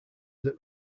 that